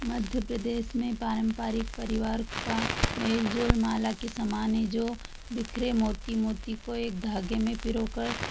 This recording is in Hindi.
मध्य प्रदेश में पारंपरिक परिवार का मेल जोल माला के समान है जो बिखरे मोती मोती को एक धागे में पिरो कर